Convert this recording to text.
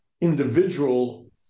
individual